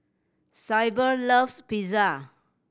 Syble loves Pizza